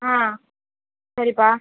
ஆ சரிப்பா